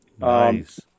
Nice